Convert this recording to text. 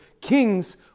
kings